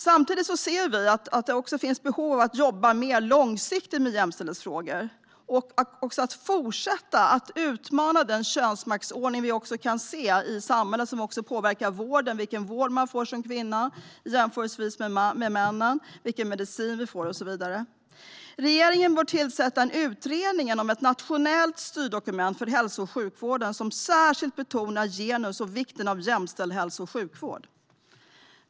Vi ser att det också finns behov av att jobba mer långsiktigt med jämställdhetsfrågor och att också fortsätta att utmana den könsmaktsordning vi kan se i hela samhället och som påverkar vilken vård vi får eller inte får och vilken medicin som förskrivs till män respektive till kvinnor. Regeringen bör tillsätta en utredning om ett nationellt styrdokument för hälso och sjukvården som särskilt betonar genus och vikten av jämställd hälso och sjukvård.